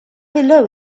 below